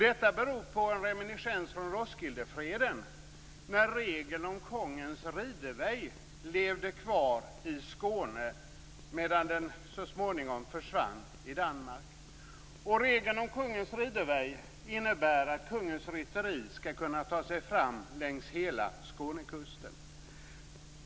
Det beror på en reminiscens från Danmark. Regeln om kongens ridevej innebär att kungens rytteri skall kunna ta sig fram längs hela Skånekusten.